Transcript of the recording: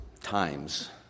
times